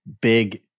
big